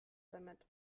damit